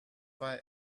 why